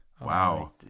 Wow